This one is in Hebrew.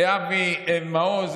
אבי מעוז,